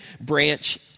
branch